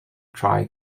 tri